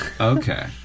Okay